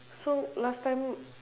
so last time